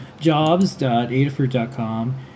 jobs.adafruit.com